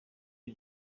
iyi